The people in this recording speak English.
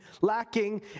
lacking